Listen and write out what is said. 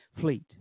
fleet